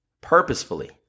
purposefully